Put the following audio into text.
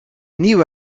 nieuwe